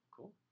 Cool